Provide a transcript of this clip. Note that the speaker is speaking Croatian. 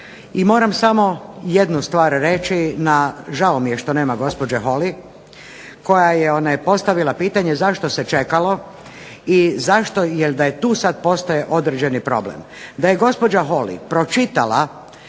I moram samo jednu stvar reći, žao mi je što nema gospođe Holy koja je postavila pitanje zašto se čekalo i da tu sad postoji određeni problem. Da je gospođa Holy pročitala